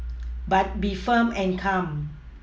but be firm and calm